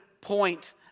point